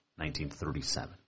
1937